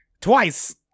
Twice